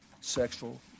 sexual